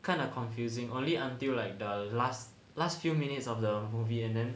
kind of confusing only until like the last last few minutes of the movie and then